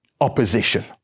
opposition